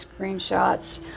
screenshots